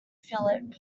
philip